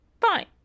Fine